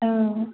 औ